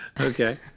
Okay